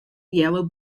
yellow